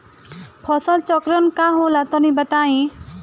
फसल चक्रण का होला तनि बताई?